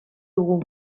dugu